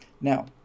Now